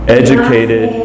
educated